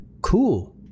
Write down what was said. cool